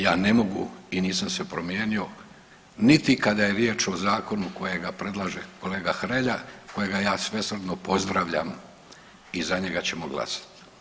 Ja ne mogu i nisam se promijenio, niti kada je riječ o zakonu kojega predlaže kolega Hrelja, kojega ja svesrdno pozdravljam i za njega ćemo glasati.